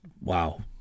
wow